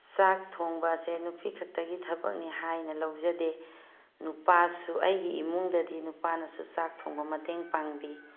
ꯆꯥꯛ ꯊꯣꯡꯕ ꯑꯁꯦ ꯅꯨꯄꯤ ꯈꯛꯇꯒꯤ ꯊꯕꯛꯅꯤ ꯍꯥꯏꯅ ꯂꯧꯖꯗꯦ ꯅꯨꯄꯥꯁꯨ ꯑꯩꯒꯤ ꯏꯃꯨꯡꯗꯗꯤ ꯅꯨꯄꯥꯅꯁꯨ ꯆꯥꯛ ꯊꯣꯡꯕ ꯃꯇꯦꯡ ꯄꯥꯡꯕꯤ